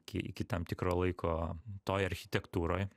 ki iki tam tikro laiko toj architektūroj